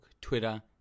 Twitter